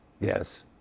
Yes